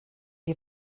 die